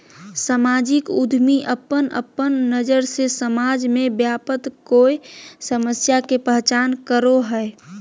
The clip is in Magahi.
सामाजिक उद्यमी अपन अपन नज़र से समाज में व्याप्त कोय समस्या के पहचान करो हइ